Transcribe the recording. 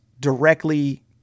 directly